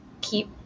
keep